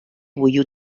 bulliu